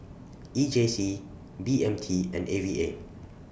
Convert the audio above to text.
E J C B M T and A V A